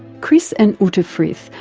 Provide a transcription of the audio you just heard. chris and uta frith,